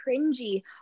cringy